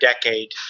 decade